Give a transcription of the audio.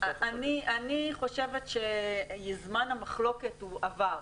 אני חושבת שזמן המחלוקת עבר,